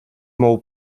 mou